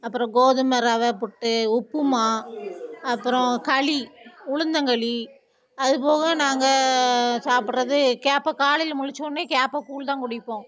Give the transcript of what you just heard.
அப்புறம் கோதுமை ரவை புட்டு உப்புமா அப்புறம் களி உளுந்தங்களி அது போக நாங்கள் சாப்பிட்றது கேப்பை காலையில் முழிச்சோன்னே கேப்பக்கூழ் தான் குடிப்போம்